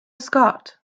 scott